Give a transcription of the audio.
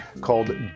called